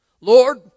Lord